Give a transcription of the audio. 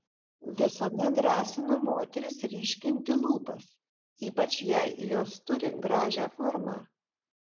visada drąsinu moteris ryškinti lūpas ypač jei jos turi gražią formą